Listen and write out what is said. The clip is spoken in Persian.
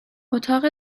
اتاق